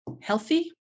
healthy